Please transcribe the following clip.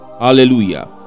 Hallelujah